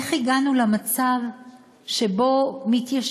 איך הגענו למצב שמתיישבים,